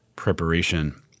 preparation